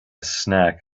snack